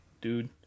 dude